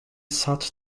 sought